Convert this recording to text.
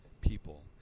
people